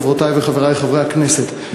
חברותי וחברי חברי הכנסת,